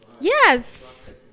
Yes